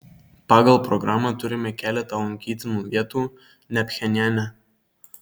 pagal programą turime keletą lankytinų vietų ne pchenjane